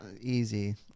Easy